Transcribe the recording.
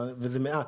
וזה מעט,